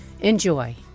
Enjoy